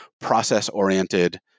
process-oriented